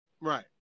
Right